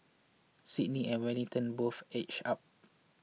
Sydney and Wellington both edged up